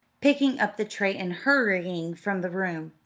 picking up the tray and hurrying from the room.